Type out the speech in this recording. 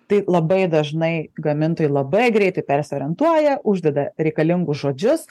tai labai dažnai gamintojai labai greitai persiorientuoja uždeda reikalingus žodžius